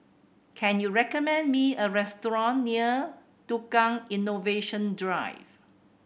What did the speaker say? can you recommend me a restaurant near Tukang Innovation Drive